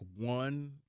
one